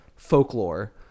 Folklore